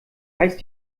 heißt